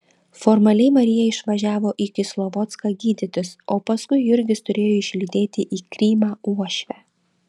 formaliai marija išvažiavo į kislovodską gydytis o paskui jurgis turėjo išlydėti į krymą uošvę